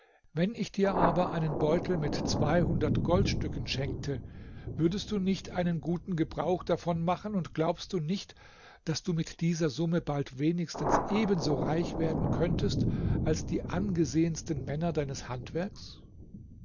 wenn ich dir aber einen beutel mit zweihundert goldstücken schenkte würdest du nicht einen guten gebrauch davon machen und glaubst du nicht daß du mit dieser summe bald wenigstens ebenso reich werden könntest als die angesehensten männer deines handwerks